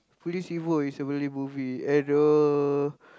police evo is a Malay movie and uh